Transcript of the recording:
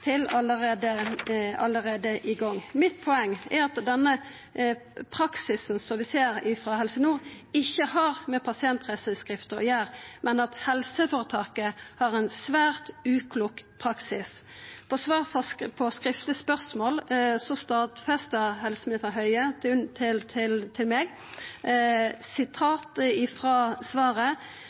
til, allereie i gang. Mitt poeng er at den praksisen som vi ser frå Helse Nord, ikkje har med pasientreiseforskrifta å gjera. Det er helseføretaket som har ein svært uklok praksis. På svar på skriftleg spørsmål stadfesta helseminister Høie dette for meg – og eg siterer frå svaret: